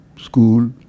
school